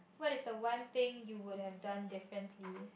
what is the one thing you would have done differently